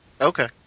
Okay